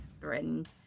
threatened